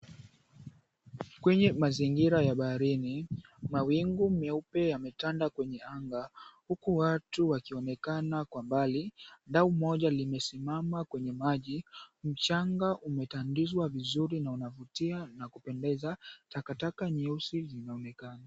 Kwenye mazingira ya baharini mawingu meupe yametanda kwenye anga huku watu wakionekana kwa mbali, dau moja limesimama kwenye maji, mchanga umetandizwa vizuri na unavutia na kupendeza, takataka nyeusi zinaonekana.